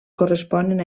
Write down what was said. corresponen